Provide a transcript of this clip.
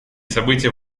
события